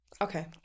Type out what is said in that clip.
Okay